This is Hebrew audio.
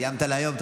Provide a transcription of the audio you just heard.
סיימת להיום,